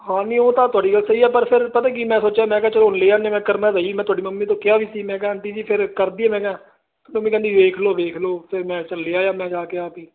ਠੀਕ ਹੈ ਜੀ ਤੇ ਜਦੋਂ ਮੈ ਆਇਆ ਨਾ ਤਾਂ ਤੁਹਾਡੀ ਗੱਲ ਸਹੀ ਹੈ ਪਰ ਫਿਰ ਪਤਾ ਕੀ ਮੈਂ ਸੋਚਿਆ ਮੈਂ ਕਿਹਾ ਚਲੋ ਲਿ ਮੈਂ ਕਰਨਾ ਮੈਂ ਤੁਹਾਡੀ ਮਮੀ ਤੋਂ ਕਿਹਾ ਵੀ ਸੀ ਮੈਂ ਕਹਿੰਦੀ ਜੀ ਫਿਰ ਕਰਦੀ ਹੈ ਮੈਂ ਕਹਿੰਦੀ ਵੇਖ ਲਓ ਵੇਖ ਲਓ ਤੇ ਮੈਂ ਲਿਆ ਮੈਂ ਜਾ ਕੇ